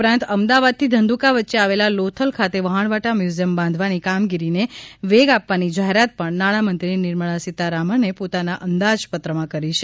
ઉપરાત અમદાવાદ થી ધંધુકા વચ્ચે આવેલા લોથલ ખાતે વહાણવટા મ્યુઝીયમ બાંધવાની કામગીરીને વેગ આપવાની જાહેરાત પણ નાણાં મંત્રી નિર્મળા સિતારામને પોતાના અંદાજપત્ર માં કરી છે